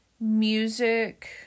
music